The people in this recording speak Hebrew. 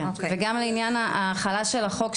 וגם לעניין ההחלה של החוק,